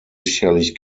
sicherlich